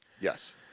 Yes